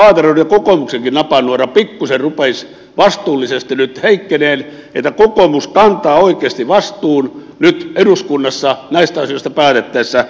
minä toivon että paateron ja kokoomuksenkin napanuora nyt pikkusen rupeaisi vastuullisesti heikkenemään että kokoomus kantaa nyt oikeasti vastuun eduskunnassa näistä asioista päätettäessä